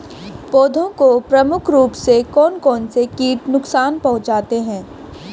पौधों को प्रमुख रूप से कौन कौन से कीट नुकसान पहुंचाते हैं?